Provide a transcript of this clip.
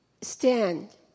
stand